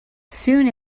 soon